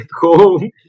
home